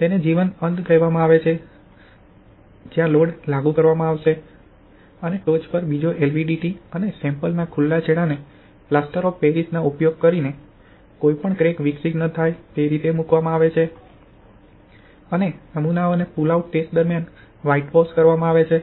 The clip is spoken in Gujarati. તેને જીવંત અંત કહેવામાં આવે છે જ્યાં લોડ લાગુ કરવામાં આવશે અને ટોચ પર બીજો એલવીડીટી અને સેમ્પલ ના ખુલ્લા છેડાને પ્લાસ્ટર ઓફ પેરિસ ના ઉપયોગ કરીને કોઈપણ ક્રેક વિકસિત ન થાય તે રીતે મૂકવામાં આવે છે અને નમુનાઓને પુલ આઉટ ટેસ્ટ દરમિયાન વ્હાઇટવોશ કરવામાં આવે છે